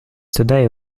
today